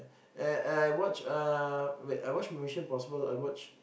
I I I watch uh wait I watch Mission-Impossible I watch